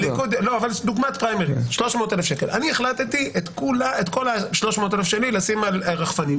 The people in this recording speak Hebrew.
אני החלטתי את כל ה-300,000 שלי לשים על רחפנים,